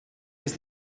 ist